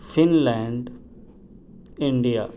fin land India